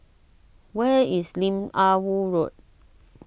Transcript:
where is Lim Ah Woo Road